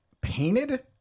painted